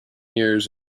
years